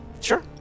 Sure